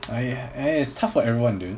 !aiya! eh it's tough for everyone dude